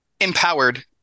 empowered